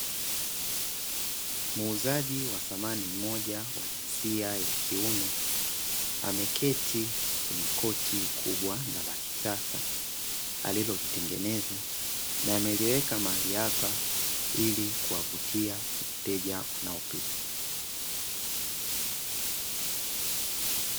Muuzaji wa samani mmoja wa jinsia yakiume ameketi kwenye kochi kubwa na la kisasa alilolitengeneza na ameliweka mahali hapa ili kuwavutia wateja wanaopita.